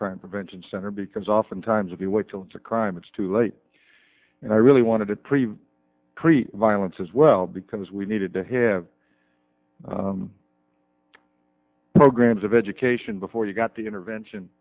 crime prevention center because oftentimes if you wait till it's a crime it's too late and i really wanted to prevent create violence as well because we needed to have programs of education before you've got the intervention